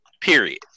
Period